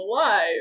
alive